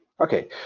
Okay